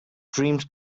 dreams